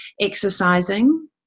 exercising